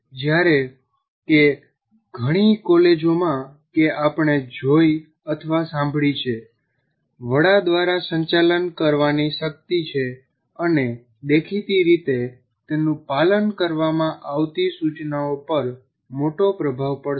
જ્યારે કે ઘણી કોલેજોમાં કે આપણે જોઈ અથવા સાંભળી છે વડા દ્વારા સંચાલન કરવાની શક્તિ છે અને દેખીતી રીતે તેનું પાલન કરવામાં આવતી સૂચનાઓ પર મોટો પ્રભાવ પડશે